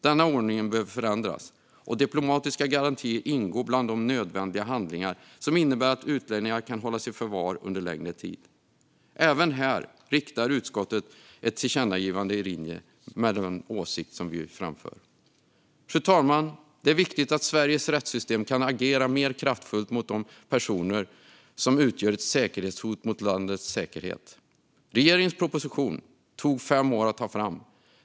Denna ordning behöver förändras och diplomatiska garantier ingå bland de nödvändiga handlingar som innebär att utlänningar kan hållas i förvar under längre tid. Även här riktar en majoritet i utskottet ett tillkännagivande till regeringen i linje med den åsikt som vi framför. Fru talman! Det är viktigt att Sveriges rättssystem kan agera mer kraftfullt mot de personer som utgör ett säkerhetshot mot landets säkerhet. Regeringens proposition tog fem år att ta fram.